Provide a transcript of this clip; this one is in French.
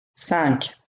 cinq